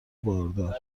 باردار